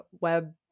web